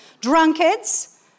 Drunkards